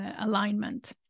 alignment